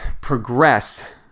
progress